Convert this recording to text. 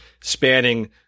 spanning